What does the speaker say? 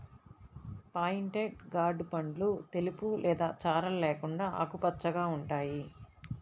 pointed gourd పండ్లు తెలుపు లేదా చారలు లేకుండా ఆకుపచ్చగా ఉంటాయి